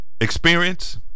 experience